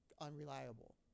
unreliable